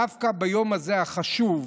דווקא ביום הזה החשוב,